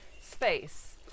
space